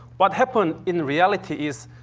what happened in reality is,